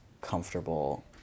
comfortable